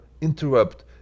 interrupt